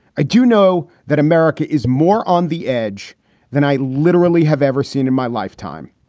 i do know that america is more on the edge than i literally have ever seen in my lifetime.